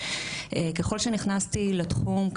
ככל שנכנסתי לתחום,